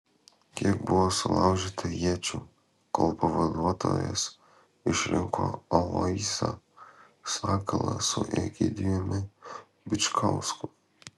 kiek buvo sulaužyta iečių kol pavaduotojas išrinko aloyzą sakalą su egidijumi bičkausku